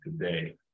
today